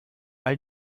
all